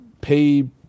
pay